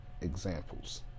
examples